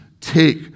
take